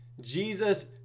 Jesus